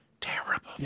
Terrible